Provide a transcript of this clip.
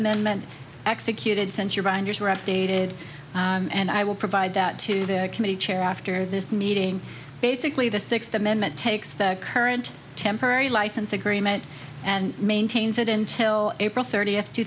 amendment executed since your binders were updated and i will provide that to the committee chair after this meeting basically the sixth amendment takes the current temporary license agreement and maintains it into april thirtieth two